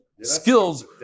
skills